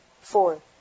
four